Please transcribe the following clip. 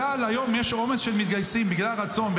בצה"ל היום יש עומס של מתגייסים בגלל רצון,